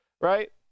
right